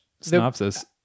synopsis